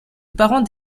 parents